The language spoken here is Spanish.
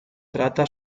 trata